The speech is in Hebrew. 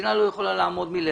המדינה לא יכולה לעמוד מלכת.